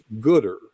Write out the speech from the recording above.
Gooder